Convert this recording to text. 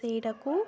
ସେଇଟାକୁ